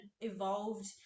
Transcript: evolved